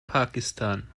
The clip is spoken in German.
pakistan